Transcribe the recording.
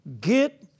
Get